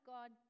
God